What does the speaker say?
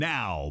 Now